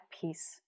peace